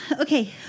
Okay